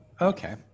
okay